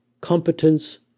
competence